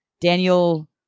daniel